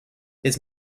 his